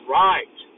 right